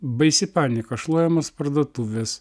baisi panika šluojamos parduotuvės